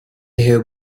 have